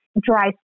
dry